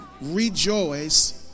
rejoice